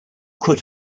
could